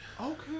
Okay